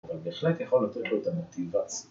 אבל בהחלט יכול לתת לו את המוטיבציה